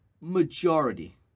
majority